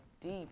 deep